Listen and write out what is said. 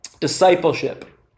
discipleship